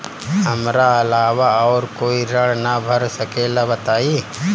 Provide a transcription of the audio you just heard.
हमरा अलावा और कोई ऋण ना भर सकेला बताई?